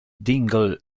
dingle